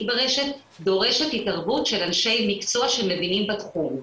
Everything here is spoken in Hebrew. ברשת דורשת התנהגות של אנשי מקצוע שמבינים בתחום,